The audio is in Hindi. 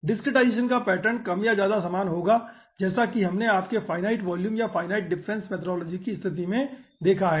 डिसक्रीटाईजेसन का पैटर्न कम या ज्यादा समान होगा जैसा कि हमने आपके फिनिट वॉल्यूम या फिनिट डिफरेंस मेथोड़लोजी की स्तिथि में देखा है